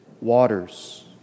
waters